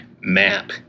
map